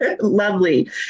Lovely